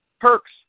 perks